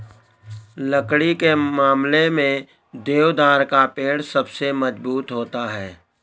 लकड़ी के मामले में देवदार का पेड़ सबसे मज़बूत होता है